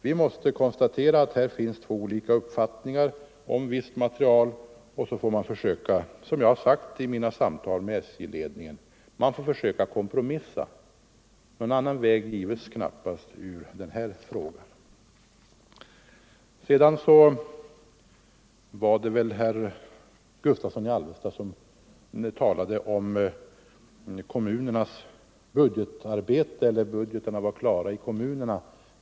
Vi måste konstatera att här finns två olika uppfattningar om visst material, och så får man försöka — som jag sagt i mina samtal med SJ-ledningen —- kompromissa. Någon annan väg gives knappast ur det här problemet. Herr Gustavsson i Alvesta talade om att budgetarbetet var klart i kommunerna när beskedet kom från SJ.